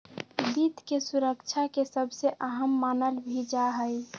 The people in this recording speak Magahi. वित्त के सुरक्षा के सबसे अहम मानल भी जा हई